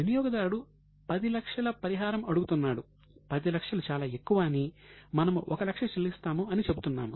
వినియోగదారుడు 10 లక్షల పరిహారం అడుగుతున్నాడు 10 లక్షలు చాలా ఎక్కువ అని మనము 1 లక్ష చెల్లిస్తాము అని చెబుతున్నాము